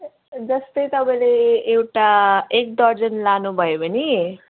जस्तै तपाईँले एउटा एक दर्जन लानुभयो भने